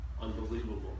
unbelievable